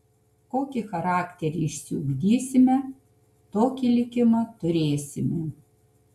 kokį charakterį išsiugdysime tokį likimą turėsime